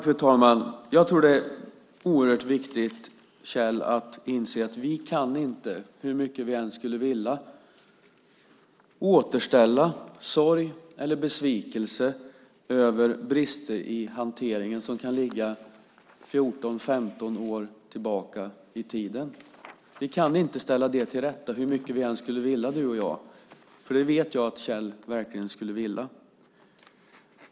Fru talman! Jag tror att det är oerhört viktigt att inse, Kjell Eldensjö, att vi hur mycket vi än skulle vilja inte kan återställa sorg eller besvikelse över brister i hanteringen som kan ligga 14-15 år tillbaka i tiden. Vi kan inte ställa det till rätta hur mycket du och jag än skulle vilja det. Jag vet att Kjell verkligen skulle vilja det.